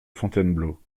fontainebleau